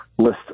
list